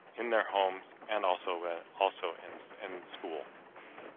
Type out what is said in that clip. in their homes and also also and in school.